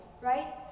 right